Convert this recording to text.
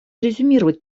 резюмировать